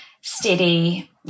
steady